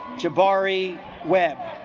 jabari web